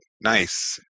nice